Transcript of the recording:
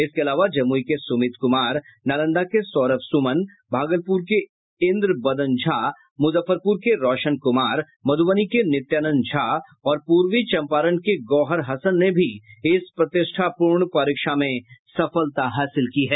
इसके अलावा जमुई के सुमीत कुमार नालंदा के सौरभ सुमन भागलपुर के इंद्र बदन झा मुजफ्फरपुर के रौशन कुमार मध्बनी के नित्यानंद झा और पूर्वी चंपारण के गौहर हसन ने भी इस प्रतिष्ठापूर्ण परीक्षा में सफलता हासिल की है